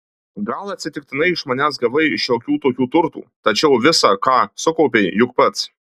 gal atsitiktinai iš manęs ir gavai tu šiokių tokių turtų tačiau visa ką sukaupei juk pats